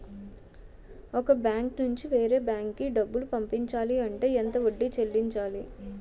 ఒక బ్యాంక్ నుంచి వేరే బ్యాంక్ కి డబ్బులు పంపించాలి అంటే ఎంత వడ్డీ చెల్లించాలి?